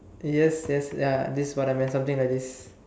yes yes ya this what I meant something like this